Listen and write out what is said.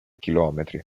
chilometri